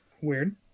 weird